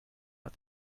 out